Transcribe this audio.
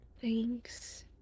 Thanks